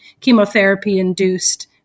chemotherapy-induced